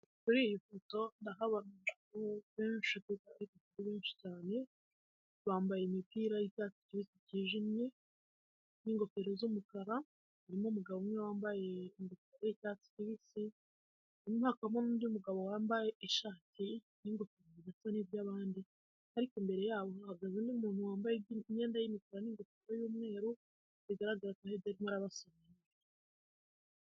Abantu batandukanye bahagaze ahantu hari urutoki harimo abambaye imipira y'icyatsi cy'ijimye n'ingofero z'umukara harimo umugabo umwe wambaye ingofero yicyatsi kibisi , ariko imbere yabo hagaze undi muntu wambaye imyenda y' umukara n'ingofero y'umweru